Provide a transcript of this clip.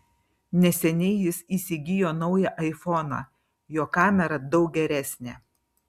neseniai jis įsigijo naują aifoną jo kamera daug geresnė